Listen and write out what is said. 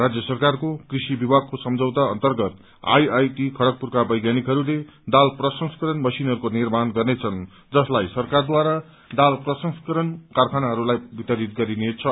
राज्य सरकारको क्रेषि विभागको सम्झौता अन्तर्गत आईआईटी खड़गपुरका वैज्ञानिकहरूले दाल प्रसंस्करण मशीनहरूको निर्माण गर्नेछन् जसलाई सरकारद्वारा दाल प्रसंस्करण कारखानाहरूलाई वितरित गरिनेछ